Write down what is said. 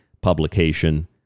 publication